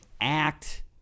act